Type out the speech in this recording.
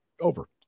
over